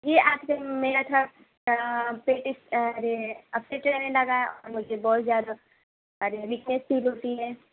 جی آپ سے میرا تھا اب پھر کہنے لگا مجھے بہت زیادہ فیل ہوتی ہے